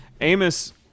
Amos